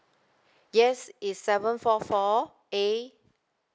yes it's seven four four A